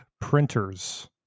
printers